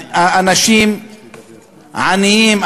אנשים עניים,